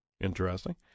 Interesting